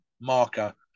marker